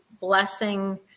blessing